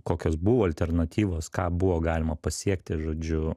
kokios buvo alternatyvos ką buvo galima pasiekti žodžiu